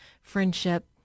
friendship